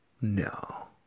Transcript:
no